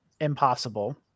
Impossible